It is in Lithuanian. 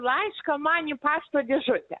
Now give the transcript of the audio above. laišką man į pašto dėžutę